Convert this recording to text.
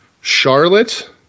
Charlotte